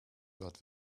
dort